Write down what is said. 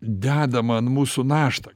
dedamą ant mūsų naštą